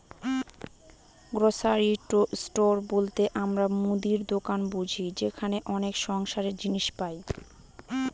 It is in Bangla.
গ্রসারি স্টোর বলতে আমরা মুদির দোকান বুঝি যেখানে অনেক সংসারের জিনিস পাই